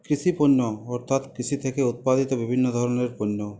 কৃষি পণ্য অর্থাৎ কৃষি থেকে উৎপাদিত বিভিন্ন ধরনের পণ্য